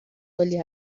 کلی